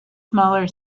smaller